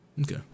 Okay